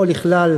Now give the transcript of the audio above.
או שלכלל